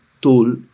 tool